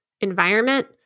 environment